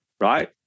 right